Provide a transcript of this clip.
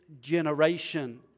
generation